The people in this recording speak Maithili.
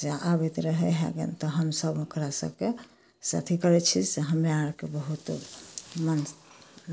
से आबैत रहै है जे हमसब ओकरा सबके से अथी करै छी से हम्मे आरके बहुत मन